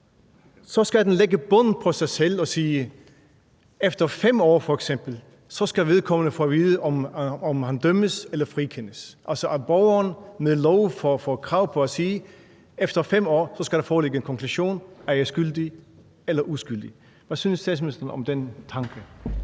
skal den lægge bånd på sig selv og sige, at efter f.eks. 5 år skal vedkommende have at vide, om han dømmes eller frikendes, altså at borgeren ved lov får krav på at sige: Efter 5 år skal der foreligge en konklusion på, om jeg er skyldig eller uskyldig. Hvad synes statsministeren om den tanke?